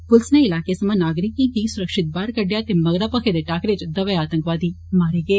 पुलस नै इलाके समां नागरिकें गी सुरक्षित बाहर कड्डेआ हा ते मगरा भक्खे दे टाकरे च दोवे आतंकवादी मारे गे